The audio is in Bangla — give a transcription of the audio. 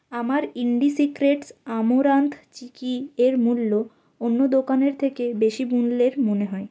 আমার ইন্ডিসিক্রেটস আমরান্থ চিকি এর মূল্য অন্য দোকানের থেকে বেশি মুল্যের মনে হয়